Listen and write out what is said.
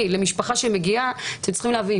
למשפחה שמגיעה -- אתם צריכים להבין,